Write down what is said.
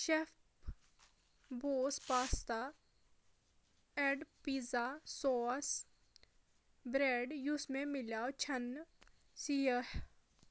chef بوس pasta and pizza sauce bread یُس مےٚ مِلیو چھَنہٕ سِیاہ